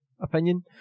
opinion